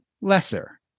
lesser